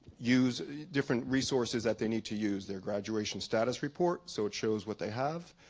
use different resources that they need to use their graduation status report so it shows what they have,